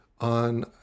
on